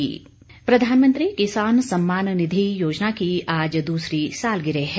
PM किसान योजना प्रधानमंत्री किसान सम्मान निधि योजना की आज दूसरी सालगिरह है